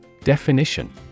Definition